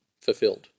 fulfilled